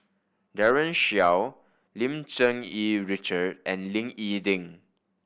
Daren Shiau Lim Cherng Yih Richard and Ying E Ding